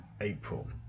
April